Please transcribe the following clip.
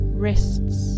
wrists